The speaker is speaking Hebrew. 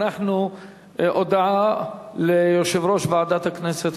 הודעה ליושב-ראש ועדת הכנסת,